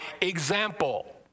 example